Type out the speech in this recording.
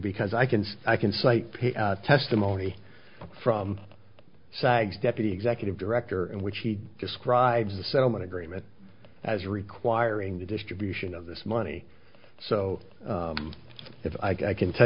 because i can see i can cite testimony from sags deputy executive director in which he describes the settlement agreement as requiring the distribution of this money so if i can tell